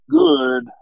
good